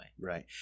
Right